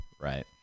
right